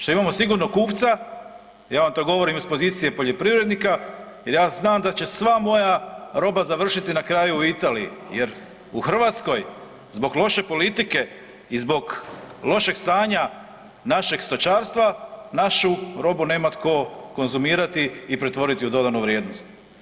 Što imamo sigurnog kupca, ja vam to govorim iz pozicije poljoprivrednika jer ja znam da će sva moja roba završiti na kraju u Italiji jer u Hrvatskoj zbog loše politike i zbog lošeg stanja našeg stočarstva, našu robu nema tko konzumirati i pretvoriti u dodanu vrijednost.